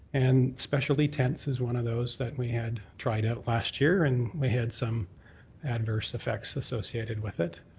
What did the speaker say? and specialty tents is one of those that we had tried out last year and we had some adverse effects associated with it.